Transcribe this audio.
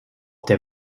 der